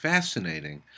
Fascinating